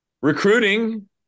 recruiting